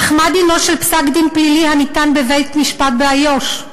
אך מה דינו של פסק-דין פלילי הניתן בבית-משפט באיו"ש?